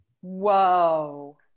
Whoa